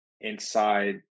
inside